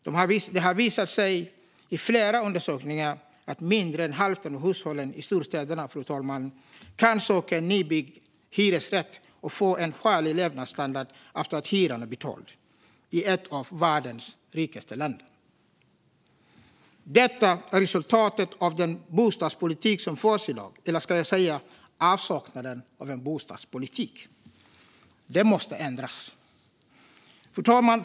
Det har visat sig i flera undersökningar att mindre än hälften av hushållen i storstäderna kan söka en nybyggd hyresrätt och få en skälig levnadsstandard efter att hyran är betald. Detta sker i ett av världens rikaste länder. Detta är resultatet av den bostadspolitik som förs i dag. Eller ska jag säga avsaknaden av en bostadspolitik? Detta måste ändras. Fru talman!